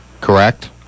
correct